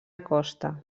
acosta